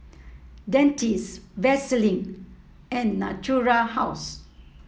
Dentiste Vaselin and Natura House